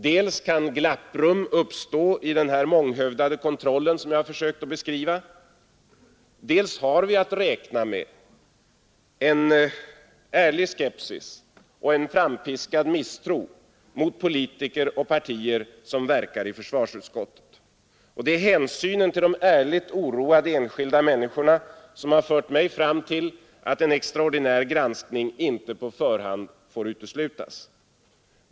Dels kan glapprum uppstå i den månghövdade kontroll jag försökt att beskriva. Dels har vi att räkna med en ärlig skepsis och en frampiskad misstro mot politiker och partier som verkar i försvarsutskottet. Det är hänsynen till de ärligt oroade enskilda människorna som har fört mig fram till att en extraordinär granskning inte på förhand får uteslutas.